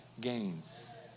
gains